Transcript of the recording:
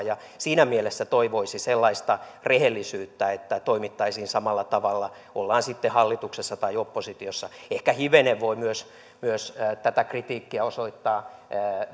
ja siinä mielessä toivoisi sellaista rehellisyyttä että toimittaisiin samalla tavalla ollaan sitten hallituksessa tai oppositiossa ehkä hivenen voi myös myös tätä kritiikkiä osoittaa